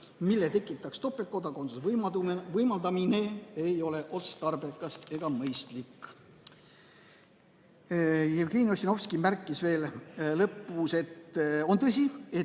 mille tekitaks topeltkodakondsuse võimaldamine, ei ole otstarbekas ega mõistlik. Jevgeni Ossinovski märkis veel lõpus, et on tõsi, et